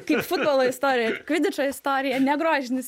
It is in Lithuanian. kaip futbolo istorija kvidičo istorija ne grožinis